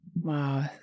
Wow